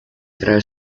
throw